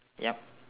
yup